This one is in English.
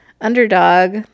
underdog